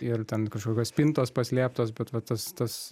ir ten kažkokios spintos paslėptos bet va tas tas